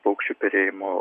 paukščių perėjimo